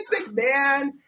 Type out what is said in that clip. McMahon